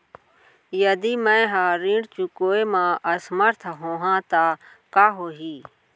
यदि मैं ह ऋण चुकोय म असमर्थ होहा त का होही?